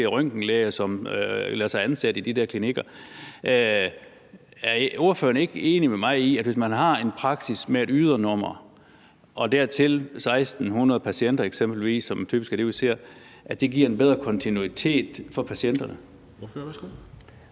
er røntgenlæger, som lader sig ansætte i de der klinikker. Er ordføreren ikke enig med mig i, at hvis man har en praksis med et ydernummer og dertil 1.600 patienter eksempelvis, hvilket typisk er det, vi ser, giver det en bedre kontinuitet for patienterne? Kl. 11:28 Formanden